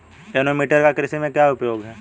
Anemometer का कृषि में क्या उपयोग है?